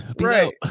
right